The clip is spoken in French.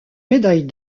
médaille